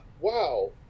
wow